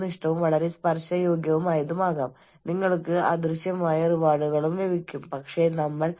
ജോലിഭാരം ജോലികൾ പൂർത്തിയാക്കാനുള്ള സമ്മർദ്ദം സമയത്തിന്റെ അടിയന്തിരത എന്നിവയുമായി ബന്ധപ്പെട്ട സമ്മർദ്ദങ്ങളാണ് ചലഞ്ച് സ്ട്രെസറുകൾ